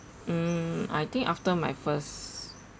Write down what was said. mm I think after my first